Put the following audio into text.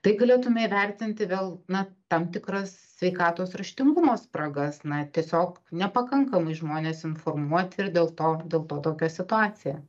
tai galėtume įvertinti vėl na tam tikras sveikatos raštingumo spragas na tiesiog nepakankamai žmonės informuoti ir dėl to dėl to tokia situacija